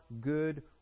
good